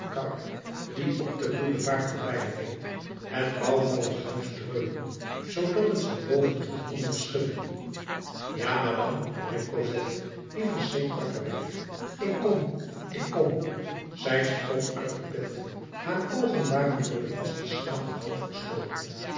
die op den boulevard voorbijreed het bouwvallig huis dreunen zoodat het van boven tot onder schudde ja madame riep cosette die verschrikt wakker werd ik kom ik kom zij sprong uit het bed haar oogen waren door den vasten slaap nog half gesloten